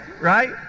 right